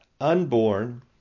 unborn